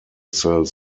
cells